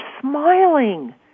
smiling